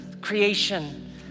creation